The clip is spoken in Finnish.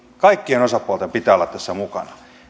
kaikkien osapuolten pitää olla tässä mukana